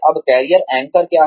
अब career anchor क्या हैं